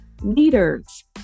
leaders